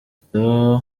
otto